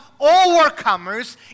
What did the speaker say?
overcomers